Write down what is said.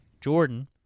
Jordan